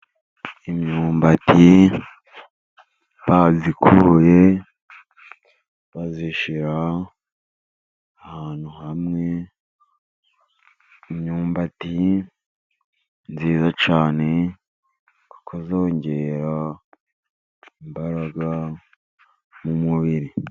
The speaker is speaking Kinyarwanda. Imyumbati bayikuye, bayishyira ahantu hamwe, imyumbati myiza cyane, kuko yongera imbaraga mu mubiri.